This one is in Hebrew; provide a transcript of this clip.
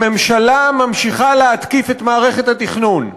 הממשלה ממשיכה להתקיף את מערכת התכנון.